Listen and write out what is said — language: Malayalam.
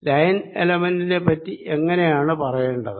ലൈൻ എലെമെന്റിനെപ്പറ്റി എങ്ങിനെയാണ് പറയേണ്ടത്